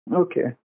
okay